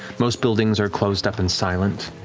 most buildings are closed up and silent.